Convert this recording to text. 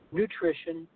nutrition